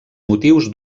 motius